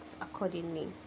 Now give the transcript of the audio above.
accordingly